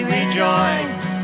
rejoice